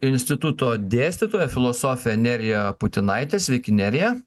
instituto dėstytoja filosofė nerija putinaitė sveiki nerija